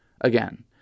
Again